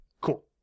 cool